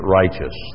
righteous